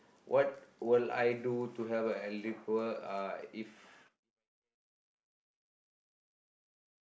what will I do to help a elderly poor uh if If I can if I'm earning two point two a month